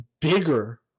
bigger